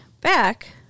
back